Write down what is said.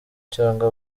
cyangwa